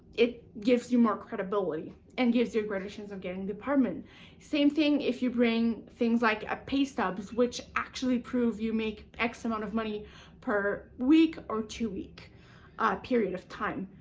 it gives you more credibility and gives you a greater chance of getting the same thing if you bring things like a pay stub, which actually prove you make x amount of money per week or two week period of time.